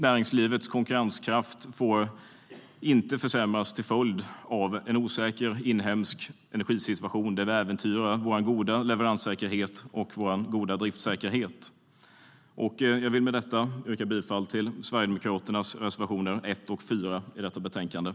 Näringslivets konkurrenskraft får inte försämras till följd av en osäker inhemsk energisituation där vi äventyrar vår goda leveranssäkerhet och vår goda driftssäkerhet.